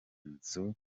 nzu